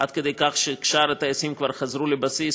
עד כדי כך ששאר הטייסים כבר חזרו לבסיס,